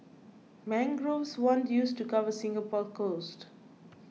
mangroves once used to cover Singapore's coasts